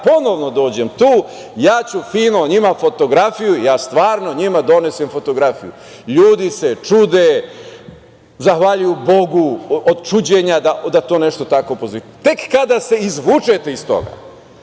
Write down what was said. ponovo dođem tu, ja ću fino njima fotografiju. Stvarno ja njima donesem fotografiju. Ljudi se čude, zahvaljuju Bogu, od čuđenja da to nešto tako postoji. Tek kada se izvučete iz toga,